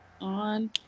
On